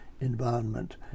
environment